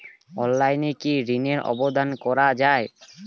অনলাইনে কি ঋনের আবেদন করা যায়?